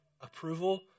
approval